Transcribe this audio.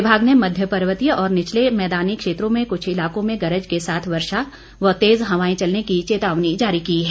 विमाग ने मध्य पर्वतीय और निचले मैदानी क्षेत्रों में कुछ इलाकों में गरज के साथ वर्षा व तेज हवाएं चलने की चेतावनी जारी की है